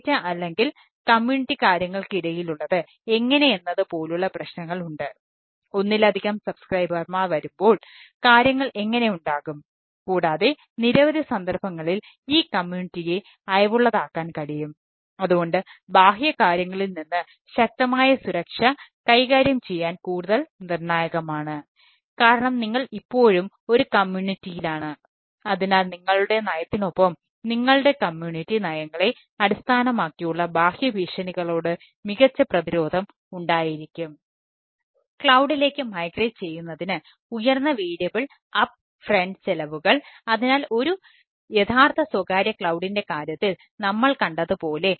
data നയങ്ങളെ അടിസ്ഥാനമാക്കിയുള്ള ബാഹ്യ ഭീഷണികളോട് മികച്ച പ്രതിരോധം ഉണ്ടായിരിക്കും